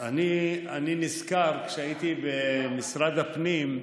אני נזכר, כשהייתי במשרד הפנים,